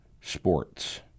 sports